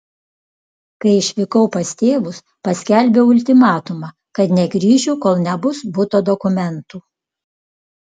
kai išvykau pas tėvus paskelbiau ultimatumą kad negrįšiu kol nebus buto dokumentų